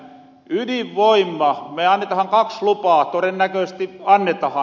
me annetahan kaks lupaa todennäköösesti annetahan